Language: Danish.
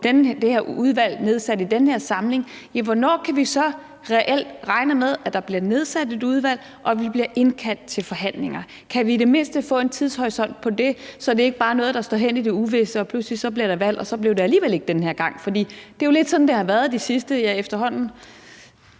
få det her udvalg nedsat i den her samling, så reelt kan regne med at der bliver nedsat et udvalg og at vi bliver indkaldt til forhandlinger. Kan vi i det mindste få en tidshorisont for det, så det ikke bare er noget, der står hen i det uvisse, og der så pludselig kommer et valg og det så alligevel ikke bliver den her gang? For det er jo lidt sådan, det har været i de efterhånden